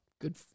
Good